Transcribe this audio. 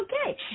okay